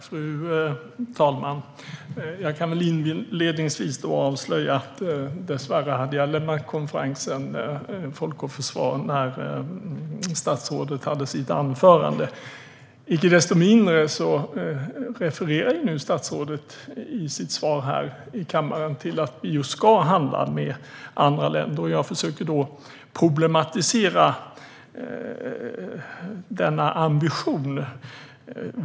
Fru talman! Jag kan inledningsvis avslöja att jag dessvärre hade lämnat konferensen Folk och Försvar när statsrådet höll sitt anförande. Icke desto mindre refererar nu statsrådet i sitt svar här i kammaren till att vi ska handla med andra länder, och jag försökte problematisera denna ambition.